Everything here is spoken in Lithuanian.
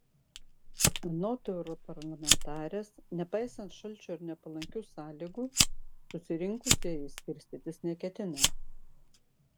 anot europarlamentarės nepaisant šalčio ir nepalankių sąlygų susirinkusieji skirstytis neketina